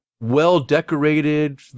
well-decorated